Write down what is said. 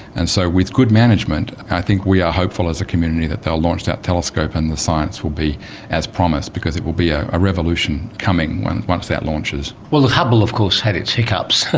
and so with the good management i think we are hopeful as a community that they will launch that telescope and the science will be as promised, because it will be ah a revolution coming once once that launches. well, the hubble of course had its hiccups,